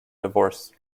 divorce